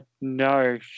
no